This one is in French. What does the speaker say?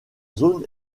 zone